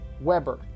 Weber